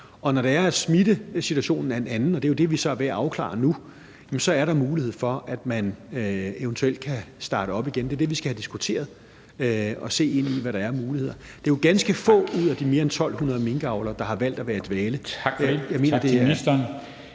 Og når smittesituationen er en anden – og det er jo det, vi så er ved at afklare nu – så er der mulighed for, at man eventuelt kan starte op igen. Det er det, vi skal have diskuteret og se ind i, hvad der er af muligheder. Det er jo ganske få ud af de mere end 1.200 minkavlere, der har valgt at være i dvale. Jeg mener, det er ... (Formanden